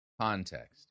context